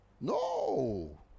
No